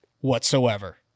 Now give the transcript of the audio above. whatsoever